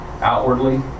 outwardly